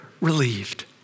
relieved